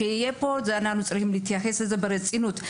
אנחנו צריכים להתייחס לזה ברצינות.